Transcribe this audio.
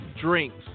Drinks